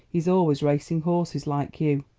he is always racing horses, like you.